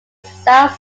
south